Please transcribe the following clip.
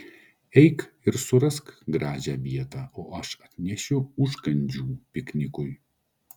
eik ir surask gražią vietą o aš atnešiu užkandžių piknikui